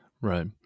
Right